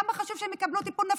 וכמה חשוב שהם יקבלו טיפול נפשי,